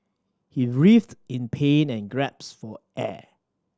he writhed in pain and gasped for air